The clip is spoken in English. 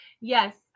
Yes